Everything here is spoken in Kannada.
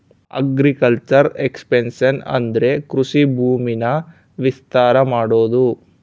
ಅಗ್ರಿಕಲ್ಚರ್ ಎಕ್ಸ್ಪನ್ಷನ್ ಅಂದ್ರೆ ಕೃಷಿ ಭೂಮಿನ ವಿಸ್ತಾರ ಮಾಡೋದು